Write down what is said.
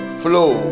flow